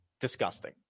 disgusting